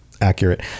accurate